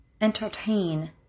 entertain